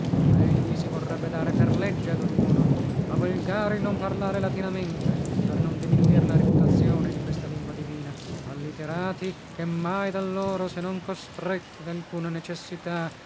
egli si vorrebbe dare per legge ad ognuno a volgari il non parlare latinamente per non diminuir la riputazione di questa lingua divina a literati che mai da loro se non costretti dalcuna necessità